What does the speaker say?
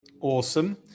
Awesome